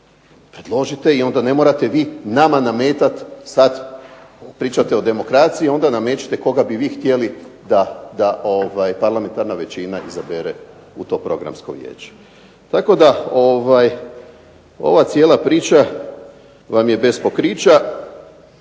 Predložite i onda ne morate vi nama nametat sad pričate o demokraciji, onda namećete koga bi vi htjeli da parlamentarna većina izabere u to Programsko vijeće. Tako da ova cijela priča vam je bez pokrića